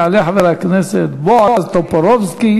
את האמריקנים ערכים אמריקניים,